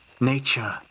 nature